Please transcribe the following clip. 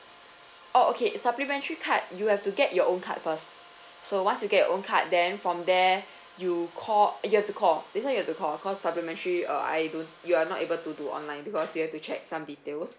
oh okay supplementary card you have to get your own card first so once you get your own card then from there you call you have to call this one you have to call call supplementary uh I don't you are not able to do online because you have to check some details